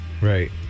Right